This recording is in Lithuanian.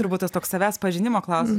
turbūt tas toks savęs pažinimo klausimas